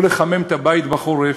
או לחמם את הבית בחורף,